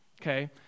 Okay